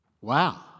Wow